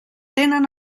tenen